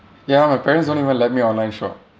ya my parents don't even let me online shop